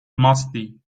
musty